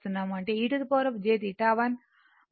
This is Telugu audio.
అంటే e jθ1 1e jθ2